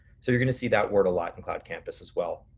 so you're gonna see that word a lot in cloud campus as well.